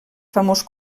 famós